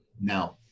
now